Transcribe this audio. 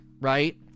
right